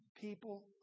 People